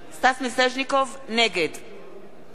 נגד יעקב מרגי,